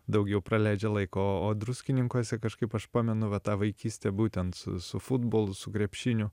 daugiau praleidžia laiko o o druskininkuose kažkaip aš pamenu va tą vaikystę būtent su su futbolu su krepšiniu